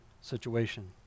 situation